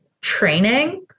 training